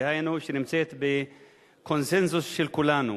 דהיינו שנמצאת בקונסנזוס של כולנו,